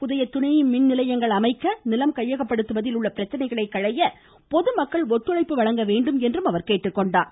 புதிய துணைமின் நிலையங்கள் அமைக்க நிலம் கையகப்படுத்துவதில் உள்ள பிரச்னைகளை களைய பொதுமக்கள் ஒத்துழைப்பு வழங்கவேண்டும் என்றும் கேட்டுக்கொண்டார்